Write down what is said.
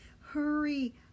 hurry